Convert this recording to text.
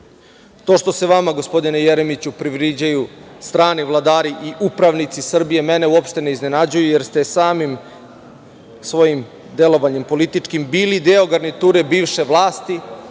što se vama, gospodine Jeremiću, predviđaju strani vladari i upravnici Srbije mene uopšte ne iznenađuje jer ste samim svojim delovanjem političkim bili deo garniture bivše vlasti